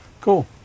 Cool